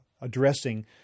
addressing